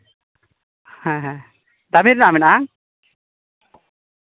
ᱦᱮᱸ ᱦᱮᱸ ᱫᱟᱢᱤ ᱨᱮᱱᱟᱜ ᱢᱮᱱᱟᱜᱼᱟ ᱦᱮᱸᱵᱟᱝ